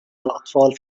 الأطفال